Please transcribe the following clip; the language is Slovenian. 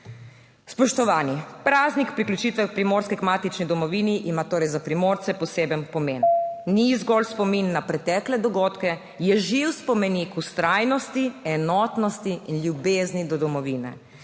Spoštovani! Praznik priključitve Primorske k matični domovini ima torej za Primorce poseben pomen. Ni zgolj spomin na pretekle dogodke, je živ spomenik vztrajnosti, enotnosti in ljubezni do domovine.